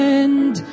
end